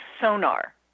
sonar